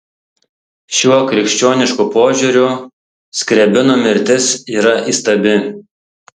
šiuo krikščionišku požiūriu skriabino mirtis yra įstabi